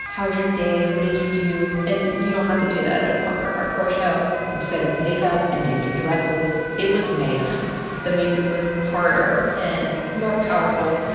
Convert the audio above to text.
how was your day? what did you do? and you don't have to do that at a punk or hardcore show instead of makeup and dainty dresses, it was mayhem the music was harder and more powerful